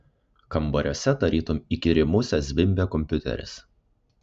kambariuose tarytum įkyri musė zvimbė kompiuteris